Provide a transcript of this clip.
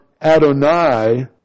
Adonai